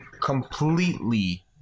completely